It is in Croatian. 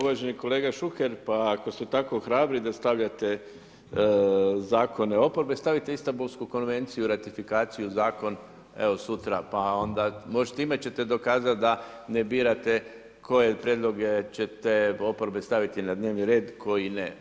Uvaženi kolega Šuker, pa ako ste tako hrabri da stavljate zakone oporbe, stavite Istambulsku konvenciju ratifikaciju zakona evo sutra, pa onda možda time ćete dokazati da ne birate koje prijedloge oporbe ćete staviti na dnevni red, a koji ne.